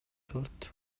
төрт